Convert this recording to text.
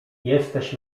jesteś